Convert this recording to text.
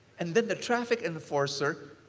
and then the traffic enforcer,